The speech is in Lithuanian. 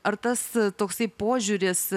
ar tas toksai požiūris